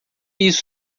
isso